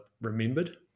remembered